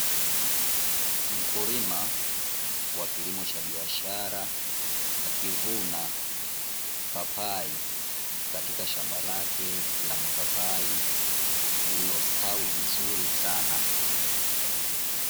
Mkulima wa kilimo cha biashara, akivuna papai katika shamba lake la mipapai lililostawi vizuri sana.